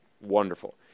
Wonderful